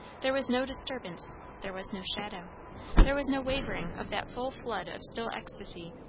there was no disturbance there was no shadow there was no wavering of that full flood of still ecstasy.